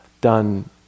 done